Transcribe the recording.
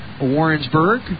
Warrensburg